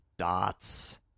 dots